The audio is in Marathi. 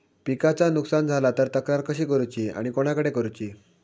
पिकाचा नुकसान झाला तर तक्रार कशी करूची आणि कोणाकडे करुची?